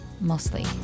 mostly